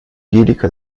angelika